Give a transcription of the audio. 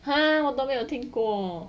!huh! 我都没有听过